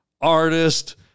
artist